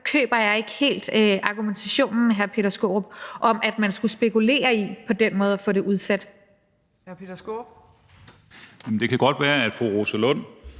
Det kan godt være, at fru Rosa Lund